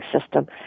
System